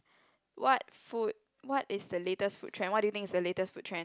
what food what is the latest food trend what do you think is the latest food trend